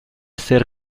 ser